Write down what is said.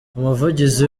umuvugizi